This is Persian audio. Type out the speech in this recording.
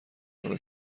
آنرا